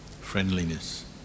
friendliness